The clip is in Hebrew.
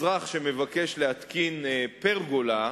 אזרח שמבקש להתקין פרגולה,